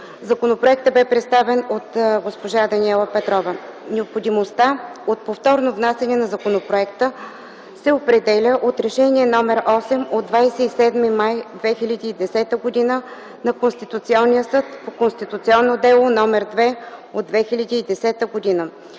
Законопроектът бе представен от госпожа Даниела Петрова. Необходимостта от повторно внасяне на законопроекта се определя от Решение № 8 от 27 май 2010 г.на Конституционния съд по Конституционно дело № 2 от 2010 г.,